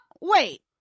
Wait